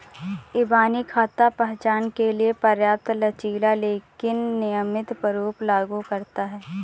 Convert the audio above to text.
इबानी खाता पहचान के लिए पर्याप्त लचीला लेकिन नियमित प्रारूप लागू करता है